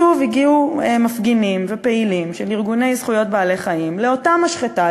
שוב הגיעו מפגינים ופעילים של ארגוני זכויות בעלי-חיים לאותה משחטה,